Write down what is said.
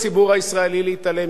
צריך להאזין להם בקשב.